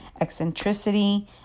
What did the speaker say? eccentricity